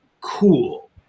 cool